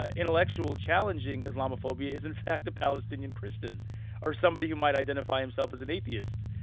ah intellectual challenging islamophobia is in fact a palestinian christian or somebody who might identify himself as an atheist.